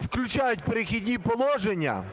включають в "Перехідні положення"